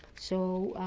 so